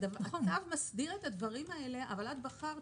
הצו מסדיר את הדברים האלה, אבל את בחרת